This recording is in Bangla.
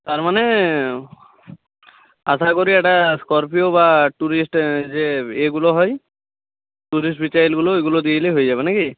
তার মানে আশা করি একটা স্করপিও বা টুরিস্ট যে ইয়েগুলো হয় টুরিস্ট ভিকায়েলগুলো ওইগুলো দিয়ে দিলে হয়ে যাবে না কি